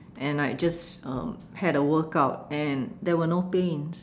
and I just um had a workout and there were no pains